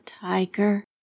tiger